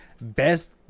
Best